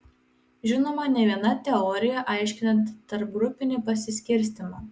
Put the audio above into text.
žinoma ne viena teorija aiškinanti tarpgrupinį pasiskirstymą